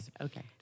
Okay